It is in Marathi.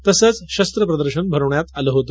तसंच शस्त्र प्रदर्शन भरवण्यात आलं होत